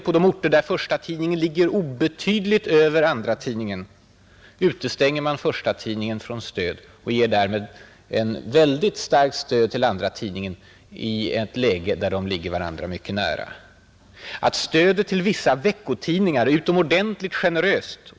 På de orter där förstatidningen ligger obetydligt över andratidningen utestänger man förstatidningen från stöd och ger därmed väldigt starkt bidrag till andratidningen. Stödet till vissa veckotidningar är utomordentligt generöst.